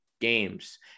games